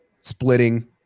Splitting